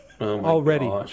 already